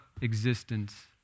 existence